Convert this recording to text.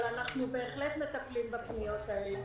אבל אנחנו בהחלט מטפלים בפניות האלה.